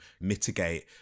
mitigate